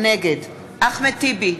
נגד אחמד טיבי,